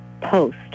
post